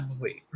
Wait